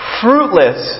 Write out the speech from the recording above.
fruitless